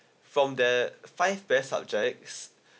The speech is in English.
from the five best subjects